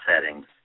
settings